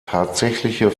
tatsächliche